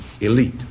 elite